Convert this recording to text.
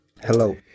Hello